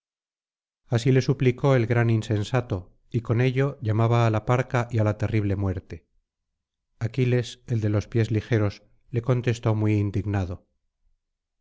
así le suplicó el gran insensato y con ello llamaba á la parca y á la terrible muerte aquiles el de los pies ligeros le contestó muy indignado